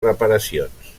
reparacions